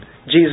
Jesus